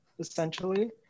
essentially